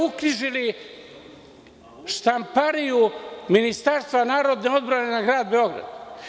Uknjižili ste Štampariju Ministarstva narodne odbrane na Grad Beograd.